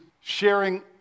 sharing